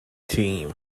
team